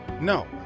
No